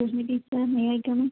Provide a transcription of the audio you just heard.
hello teacher may I come in